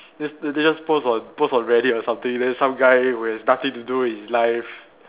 they they just post on post on Reddit or something then some guy who has nothing to do with his life